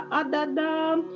adadam